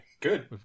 Good